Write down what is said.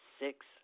six